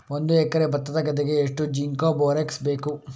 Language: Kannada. ಒಂದು ಎಕರೆ ಭತ್ತದ ಗದ್ದೆಗೆ ಎಷ್ಟು ಜಿಂಕ್ ಬೋರೆಕ್ಸ್ ಬೇಕು?